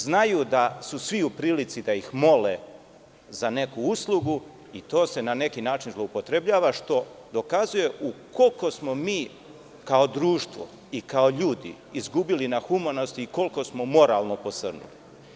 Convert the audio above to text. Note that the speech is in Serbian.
Znaju da su svi u prilici da ih mole za neku uslugu i to se na neki način zloupotrebljava, što dokazuje u koliko smo mi, kao društvo i kao ljudi, izgubili na humanosti, koliko smo moralno posrnuli.